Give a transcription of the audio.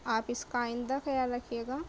آپ اس کا آئندہ خیال رکھیے گا